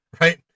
right